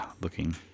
looking